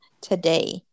today